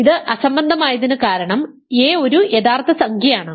ഇത് അസംബന്ധമായതിന് കാരണം a ഒരു യഥാർത്ഥ സംഖ്യയാണ്